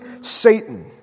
Satan